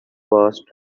passed